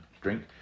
drink